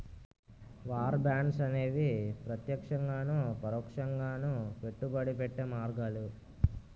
war bonds అనేవి ప్రత్యక్షంగాను పరోక్షంగాను పెట్టుబడి పెట్టే మార్గాలు